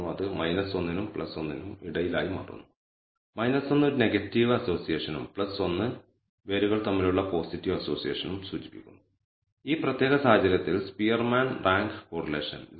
അത് 1 നും 1 നും ഇടയിലായി മാറുന്നു 1 ഒരു നെഗറ്റീവ് അസോസിയേഷനും 1 വേരിയബിളുകൾ തമ്മിലുള്ള പോസിറ്റീവ് അസോസിയേഷനും സൂചിപ്പിക്കുന്നു ഈ പ്രത്യേക സാഹചര്യത്തിൽ സ്പിയർമാൻ റാങ്ക് കോറിലേഷൻ 0